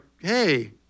hey